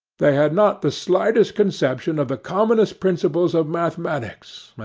they had not the slightest conception of the commonest principles of mathematics,